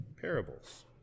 Parables